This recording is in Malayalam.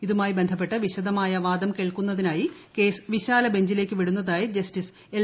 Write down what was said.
ഇതുമായി ബന്ധപ്പെട്ട് വിശദമായ വാദം കേൾക്കുന്നതിനായി കേസ് വിശാല ബെഞ്ചി ലേക്ക് വിടുന്നതായി ജസ്റ്റിസ് എൽ